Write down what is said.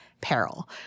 peril